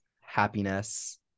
happiness